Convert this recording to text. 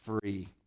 free